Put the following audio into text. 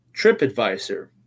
TripAdvisor